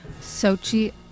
Sochi